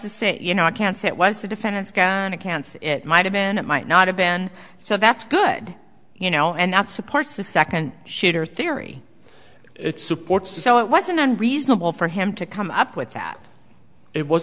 to say you know i can't say it was the defendant's gonna cancel it might have been it might not have been so that's good you know and that supports the second shooter theory it supports so it wasn't unreasonable for him to come up with that it was